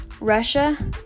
Russia